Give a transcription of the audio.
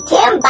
Tim